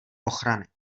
ochrany